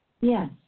Yes